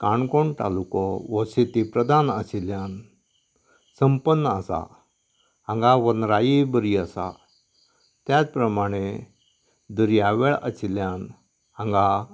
काणकोण तालुको हो शेती प्रधान आशिल्ल्यान संपन्न आसा हांगा वनराई बरी आसा त्याच प्रमाणें दर्यावेळ आशिल्ल्यान हांगा